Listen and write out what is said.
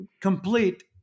complete